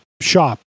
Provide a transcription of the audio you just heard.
shop